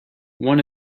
one